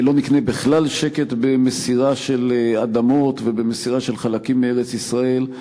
לא נקנה בכלל שקט במסירה של אדמות ובמסירה של חלקים מארץ-ישראל,